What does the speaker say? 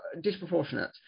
disproportionate